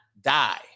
die